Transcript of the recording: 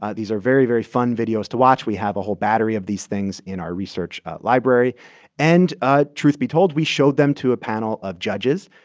ah these are very, very fun videos to watch. we have a whole battery of these things in our research library and ah truth be told, we showed them to a panel of judges.